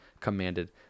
commanded